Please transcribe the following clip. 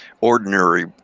ordinary